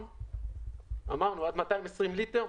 אמרנו עד 220 ליטר,